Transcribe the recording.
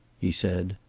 he said.